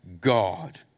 god